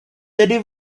tedy